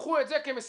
קחו את זה כמשימה.